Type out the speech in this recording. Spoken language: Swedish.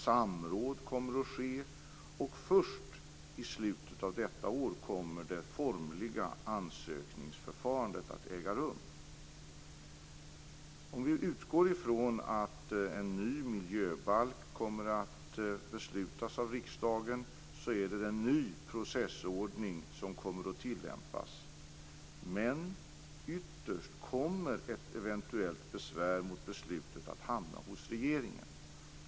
Det kommer att bli samråd, och först i slutet av detta år kommer det formliga ansökningsförfarandet att äga rum. Om vi utgår från att riksdagen kommer att besluta om en ny miljöbalk kommer en ny processordning att tillämpas. Men ytterst kommer ett eventuellt besvär mot beslutet att hamna hos regeringen.